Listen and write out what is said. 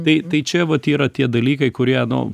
tai tai čia vat yra tie dalykai kurie nu